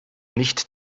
nicht